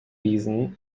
diesen